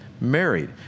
married